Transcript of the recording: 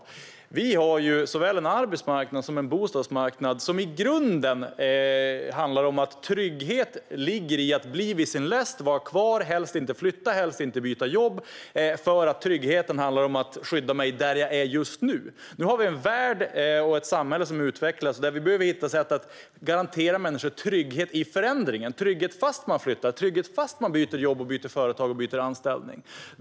Sverige har en arbetsmarknad och en bostadsmarknad som i grunden handlar om att trygghet innebär att man ska bli vid sin läst. Man ska vara kvar och helst inte flytta eller byta jobb, för tryggheten handlar om att skydda mig där jag är just nu. Världen och samhället utvecklas dock, och vi behöver hitta sätt som garanterar människor trygghet i förändringen, trygghet fast man flyttar och trygghet fast man byter jobb, företag eller anställning.